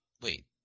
wait